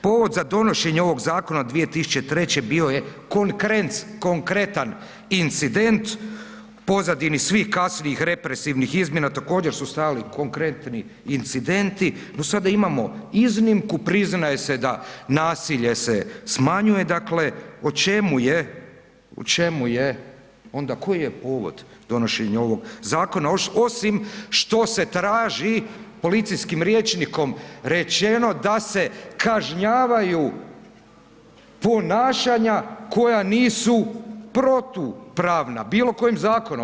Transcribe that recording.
Povod za donošenje ovog zakona od 2003. bio je konkretan incident pozadini svih kasnijih represivnih izmjena također su stajali konkretni incidenti, no sada imamo iznimku priznaje se da nasilje se smanjuje, dakle o čemu je, u čemu je koji je povodi donošenje ovog zakona osim što se traži policijskim rječnikom rečeno da se kažnjavaju ponašanja koja nisu protupravna bilo kojem zakonom.